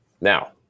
Now